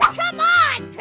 um on